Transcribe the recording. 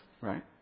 right